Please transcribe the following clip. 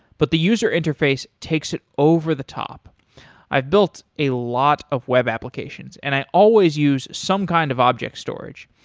but the user interface takes it over the top i've built a lot of web applications and i always use some kind of object storage.